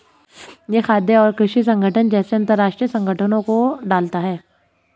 यह खाद्य और कृषि संगठन जैसे अंतरराष्ट्रीय संगठनों को डालता है